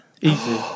easy